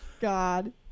God